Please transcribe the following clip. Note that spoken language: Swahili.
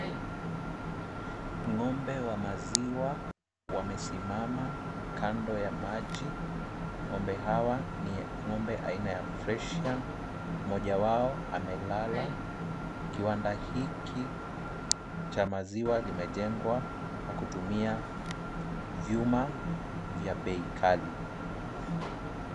Ng'ombe wa maziwa wamesimama kando ya maji. Ng'ombe hawa ni ng'ombe aina ya fresian , moja wao amelala. Kiwanda hiki cha maziwa kimejengwa kwa kutumia vyuma vya bei ghali.